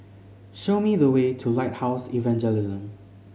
show me the way to Lighthouse Evangelism